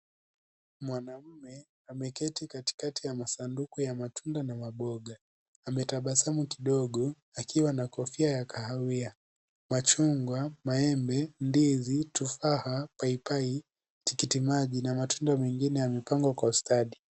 Mwanaume ameketi katikati ya masanduku ya matunda na maboga ametabasamu kidogo akiwa na kofia ya kahawia machungwa, maembe ndizi tufaha ,paipai tikiti maji na matunda mengine yamepangwa kwa ustadi.